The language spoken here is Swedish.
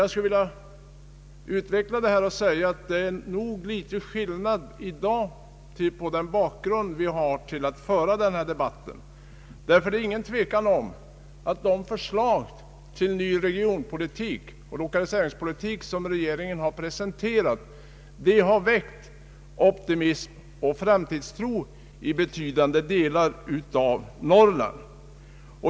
Jag skulle vilja utveckla detta resonemang och säga att det nog är viss skillnad på den bakgrund vi i dag har till denna debatt mot vad vi tidigare haft. Det råder nämligen ingen tvekan om att det förslag till regionpolitik och lokaliseringspolitik som regeringen presenterat väckt optimism och framtidstro i betydande delar av Norrland.